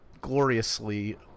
gloriously